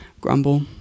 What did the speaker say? grumble